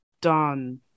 done